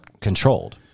controlled